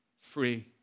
Free